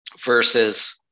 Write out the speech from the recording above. versus